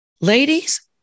Ladies